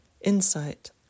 insight